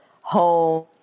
home